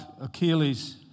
Achilles